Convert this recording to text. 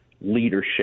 leadership